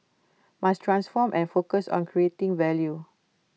must transform and focus on creating value